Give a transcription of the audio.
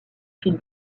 fil